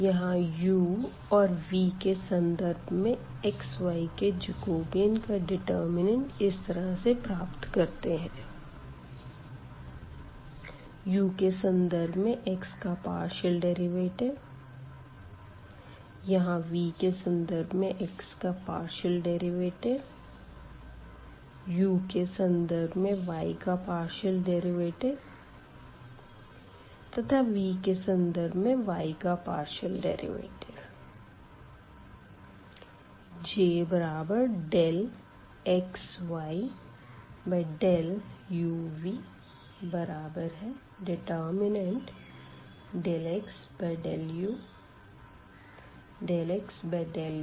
यहाँ u और v के सन्दर्भ में x y के जेकोबियन का डेटर्मिनेन्ट इस तरह से प्राप्त करते है u के सन्दर्भ में x का पार्शियल डेरिवेटिव यहाँ v के सन्दर्भ में x का पार्शियल डेरिवेटिव u के सन्दर्भ में y का पार्शियल डेरिवेटिव तथा v के सन्दर्भ में y का पार्शियल डेरिवेटिव